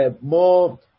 more